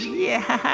yeah,